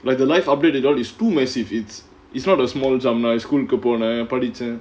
the life update and all is too massive it's it's not a small like school கு போனேன் படிச்சேன்:ku ponaen padichaen